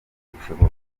bushoboka